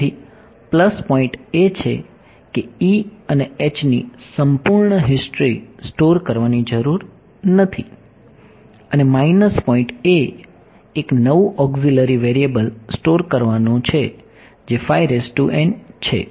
તેથી plus point એ છે કે E અને H ની સંપૂર્ણ હિસ્ટ્રી સ્ટોર કરવાની જરૂર નથી અને માઈનસ પોઈન્ટ એ એક નવું ઓક્ઝીલરી વેરીએબલ સ્ટોર કરવાનું છે જે છે